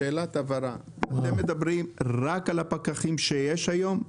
שאלת הבהרה: אתם מדברים רק על הפקחים שיש היום?